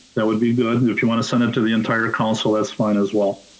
that would be good and if you wanna send them to the entire council, that's fine as well.